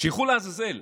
שילכו לעזאזל.